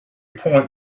point